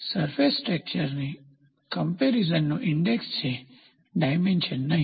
surface ટેક્સચરની કમ્પેરીઝનનું index છે ડાયમેન્શન નહીં